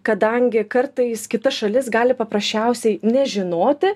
kadangi kartais kita šalis gali paprasčiausiai nežinoti